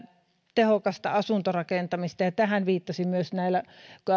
tehokasta asuntorakentamista ja tähän viittasin myös näillä